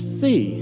see